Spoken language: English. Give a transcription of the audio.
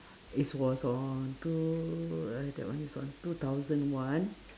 it's was on two that one is one two thousand one